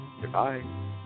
Goodbye